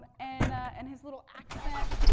and and his little accent.